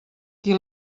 qui